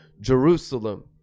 Jerusalem